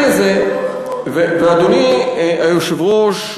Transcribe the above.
ואדוני היושב-ראש,